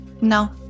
No